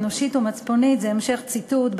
אנושית ומצפונית" זה המשך ציטוט,